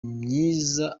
myiza